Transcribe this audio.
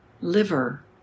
liver